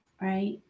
right